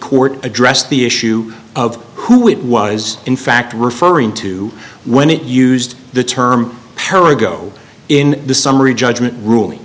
court addressed the issue of who it was in fact referring to when it used the term power go in the summary judgment ruling